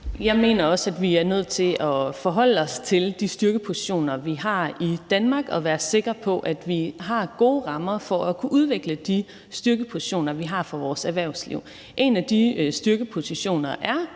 Jeg mener også, at vi er nødt til at forholde os til de styrkepositioner, vi har i Danmark, og være sikre på, at vi har gode rammer for at kunne udvikle de styrkepositioner, vi har for vores erhvervsliv. En af de styrkepositioner er